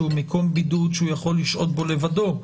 שהוא מקום בידוד שהוא יכול לשהות בו לבדו.